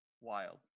wild